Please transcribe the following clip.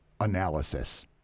analysis